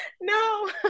No